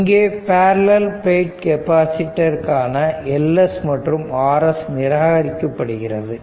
இங்கே parallel plate capacitor காக Ls மற்றும் Rs நிராகரிக்கப்படுகிறது